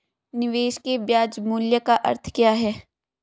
निवेश के ब्याज मूल्य का अर्थ क्या है?